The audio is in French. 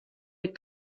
est